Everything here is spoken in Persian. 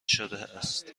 شدهاست